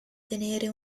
tenere